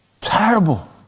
Terrible